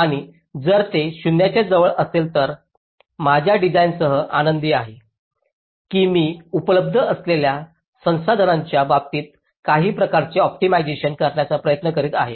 आणि जर ते 0 च्या जवळ असेल तर मी माझ्या डिझाइनसह आनंदी आहे की मी उपलब्ध असलेल्या संसाधनांच्या बाबतीत काही प्रकारचे ऑप्टिमायझेशन करण्याचा प्रयत्न करीत आहे